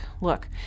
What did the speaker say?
look